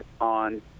on